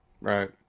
right